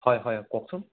হয় হয় কওকচোন